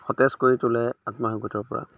সতেজ কৰি তোলে আত্মসহায়ক গোটৰ পৰা